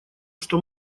что